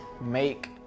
make